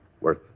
worth